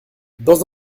dans